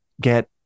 get